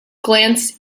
glance